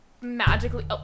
magically